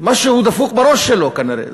משהו דפוק בראש שלו כנראה.